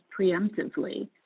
preemptively